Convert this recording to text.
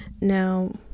Now